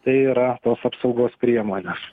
tai yra tos apsaugos priemonės